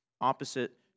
opposite